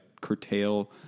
curtail